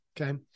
Okay